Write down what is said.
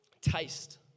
taste